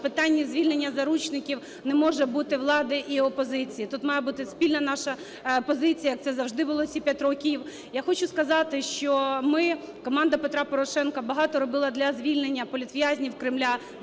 в питанні звільнення заручників не може бути влади і опозиції. Тут має бути спільна наша позиція, як це завжди було ці 5 років. Я хочу сказати, що ми, команда Петра Порошенка, багато робили для звільнення політв'язнів Кремля,